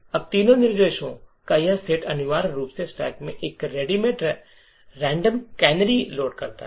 अब तीन निर्देशों का यह सेट अनिवार्य रूप से स्टैक में एक रेंडम कैनरी लोड करता है